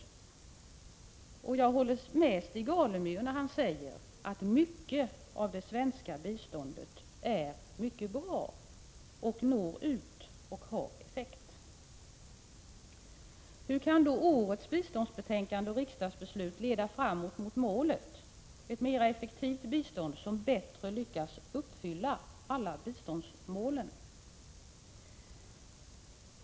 Jag håller med Stig Alemyr när han säger att mycket av det svenska biståndet är mycket bra, når ut och har effekt. Hur kan då årets biståndsbetänkande och riksdagsbeslut leda fram mot ett mera effektivt bistånd som bättre lyckas uppfylla biståndsmålen?